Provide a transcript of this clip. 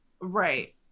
Right